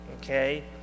okay